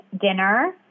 dinner